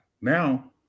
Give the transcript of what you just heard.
Now